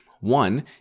One